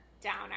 downer